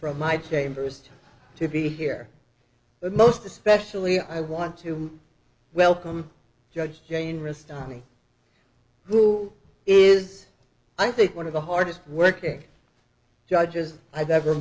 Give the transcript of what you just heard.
from my chambers to be here but most especially i want to welcome judge jane wrist on me who is i think one of the hardest working judges i've ever